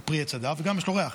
הוא פרי עץ הדר וגם יש לו ריח,